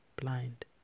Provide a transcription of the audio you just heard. blind